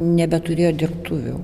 nebeturėjo dirbtuvių